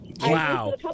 Wow